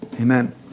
Amen